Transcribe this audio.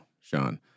Sean